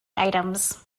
items